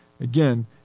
Again